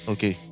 Okay